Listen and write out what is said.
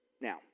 Now